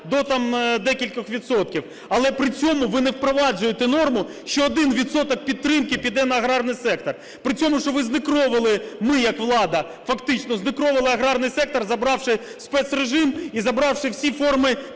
там декількох відсотків, але при цьому ви не впроваджуєте норму, що один відсоток підтримки піде на аграрний сектор. При цьому що ви знекровили, ми як влада фактично знекровила аграрний сектор, забравши спецрежим і забравши всі форми